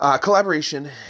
Collaboration